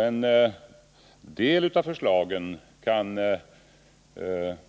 En del av förslagen kan